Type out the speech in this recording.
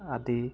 আদি